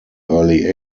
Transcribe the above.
early